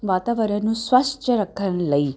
ਵਾਤਾਵਰਣ ਨੂੰ ਸਵੱਛ ਰੱਖਣ ਲਈ